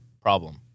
problem